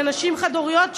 לנשים חד-הוריות,